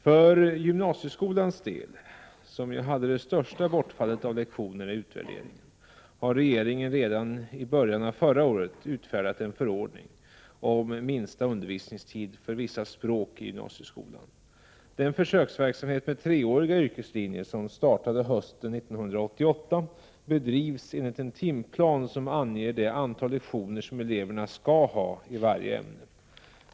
För gymnasieskolans del, som ju hade det största bortfallet av lektioner i utvärderingen, har regeringen redan i början av förra året utfärdat en förordning om minsta undervisningstid för vissa språk i gymnasieskolan. Den försöksverksamhet med treåriga yrkeslinjer som startade hösten 1988 bedrivs enligt en timplan som anger det antal lektioner som eleverna skall ha i varje ämne.